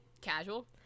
Casual